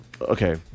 okay